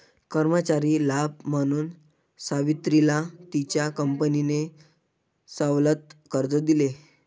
कर्मचारी लाभ म्हणून सावित्रीला तिच्या कंपनीने सवलत कर्ज दिले